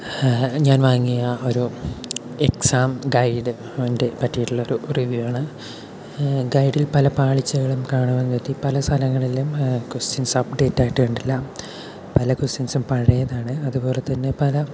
ഞാൻ വാങ്ങിയ ഒരു എക്സാം ഗൈഡ് അതിന്റെ പറ്റിയുള്ള ഒരു റിവ്യൂ ആണ് ഗൈഡിൽ പല പാളിച്ചകളും കാണാൻ പറ്റി പല സ്ഥലങ്ങളിലും ക്വസ്റ്റ്യൻസ് അപ്ഡേറ്റ് ആയിട്ടു കണ്ടില്ല പല ക്വസ്റ്റ്യൻസ്സും പഴയതാണ് അതുപോലെതന്നെ പല